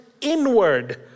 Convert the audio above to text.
inward